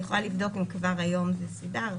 אני יכולה לבדוק אם כבר היום זה סודר.